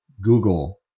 Google